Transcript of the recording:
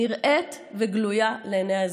נראית וגלויה לעיני האזרחים.